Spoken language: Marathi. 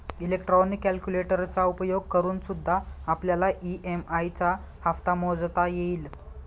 इलेक्ट्रॉनिक कैलकुलेटरचा उपयोग करूनसुद्धा आपल्याला ई.एम.आई चा हप्ता मोजता येईल